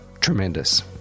tremendous